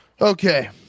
Okay